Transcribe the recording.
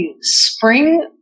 spring